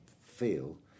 feel